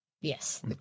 Yes